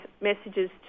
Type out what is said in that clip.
messages